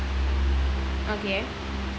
okay